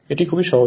এটি খুবই সহজ